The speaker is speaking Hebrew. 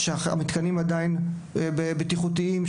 שהמתקנים עדיין בטיחותיים,